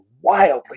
wildly